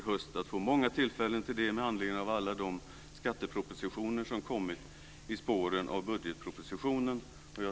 I höst får vi många tillfällen till det med anledning av alla de skattepropositioner som kommit i spåren av budgetpropositionen.